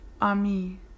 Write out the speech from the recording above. Ami